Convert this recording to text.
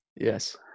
Yes